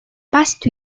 past